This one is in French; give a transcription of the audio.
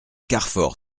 carfor